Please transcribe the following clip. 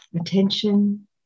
Attention